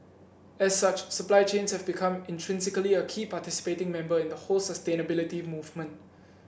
as such supply chains have become intrinsically a key participating member in the whole sustainability movement